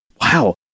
wow